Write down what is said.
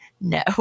No